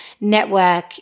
network